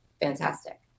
fantastic